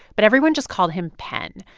but everyone just called him pen.